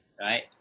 right